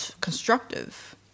constructive